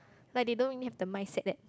like they don't really have the mindset that